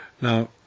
Now